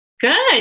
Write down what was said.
Good